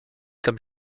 comme